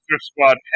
squad